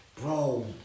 Bro